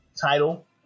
title